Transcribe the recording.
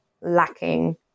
lacking